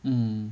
mm